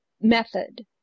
method